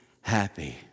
happy